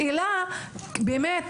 באמת,